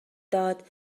داد